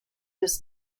des